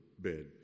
bed